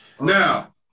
Now